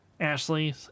Ashley